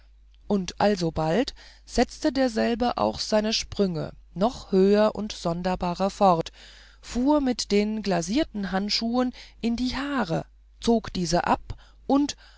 und alsobald setzte derselbe auch seine sprünge noch höher und sonderbarer fort fuhr sich mit den glacierten handschuhen in die haare zog diese ab und